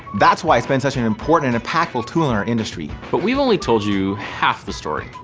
that's why it's been such an important and impactful tool in our industry. but we've only told you half the story.